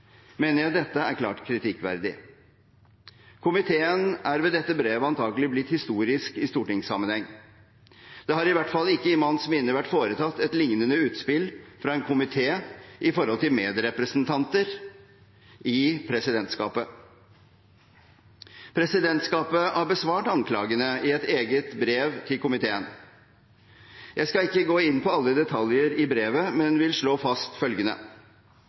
mener jeg dette er klart kritikkverdig. Komiteen er ved dette brevet antagelig blitt historisk i stortingssammenheng. Det har i hvert fall i manns minne ikke vært foretatt et lignende utspill fra en komité overfor medrepresentanter i presidentskapet. Presidentskapet har besvart anklagene i et eget brev til komiteen. Jeg skal ikke gå inn på alle detaljer i brevet, men vil slå fast følgende: